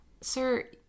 sir